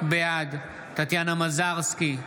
בעד טטיאנה מזרסקי,